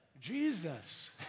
Jesus